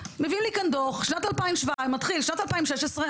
מביאים לי כאן דוח מתחיל שנת 2016,